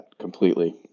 completely